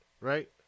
right